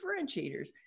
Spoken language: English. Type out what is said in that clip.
differentiators